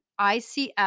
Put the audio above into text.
ICF